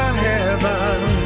heaven